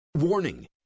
Warning